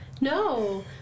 No